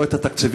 לא את התקציבים,